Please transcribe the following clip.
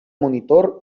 monitor